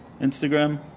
Instagram